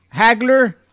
Hagler